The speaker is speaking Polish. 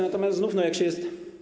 Natomiast znów, jak się jest.